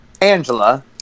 Angela